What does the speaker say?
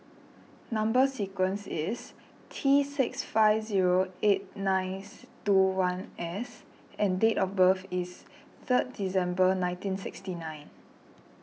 Number Sequence is T six five zero eight nice two one S and date of birth is third December nineteen sixty nine